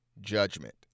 judgment